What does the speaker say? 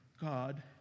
God